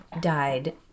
died